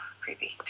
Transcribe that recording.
creepy